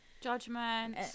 judgment